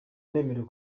nemerewe